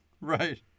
Right